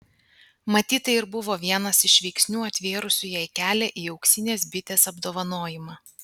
matyt tai ir buvo vienas iš veiksnių atvėrusių jai kelią į auksinės bitės apdovanojimą